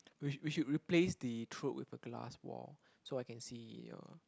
we should we should replace the throat with the glass wall so I can see your